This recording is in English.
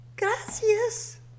Gracias